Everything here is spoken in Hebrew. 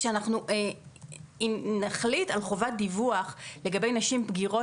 כשאנחנו נחליט על חובת דיווח לגבי נשים בגירות,